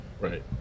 Right